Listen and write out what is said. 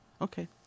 Okay